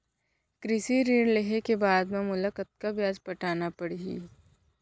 कृषि ऋण लेहे के बाद म मोला कतना ब्याज पटाना पड़ही?